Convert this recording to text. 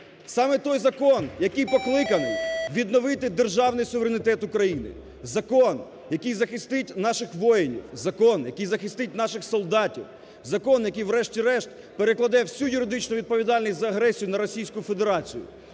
саме той закон, який покликаний відновити державний суверенітет України, закон, який захистить наших воїнів, закон, який захистить наших солдатів, закон, який врешті-решт перекладе всю юридичну відповідальність за агресію на Російську Федерацію,